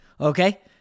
okay